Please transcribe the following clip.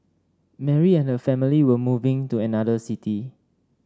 Mary and her family were moving to another city